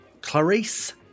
Clarice